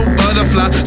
butterfly